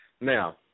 Now